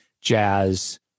jazz